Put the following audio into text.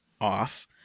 off